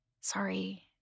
Sorry